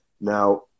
Now